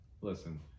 Listen